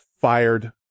fired